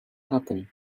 happen